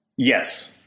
Yes